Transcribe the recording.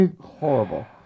horrible